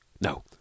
No